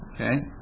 okay